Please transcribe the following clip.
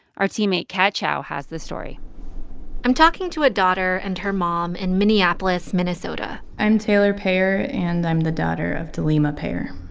our teammate kat chow has the story i'm talking to a daughter and her mom in minneapolis, minn so but i'm taylor payer, and i'm the daughter of delima payer